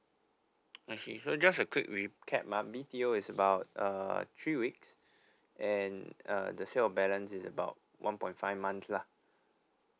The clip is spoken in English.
I see so just a quick recap ah B_T_O is about uh three weeks and uh the sale of balance is about one point five months lah